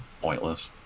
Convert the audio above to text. pointless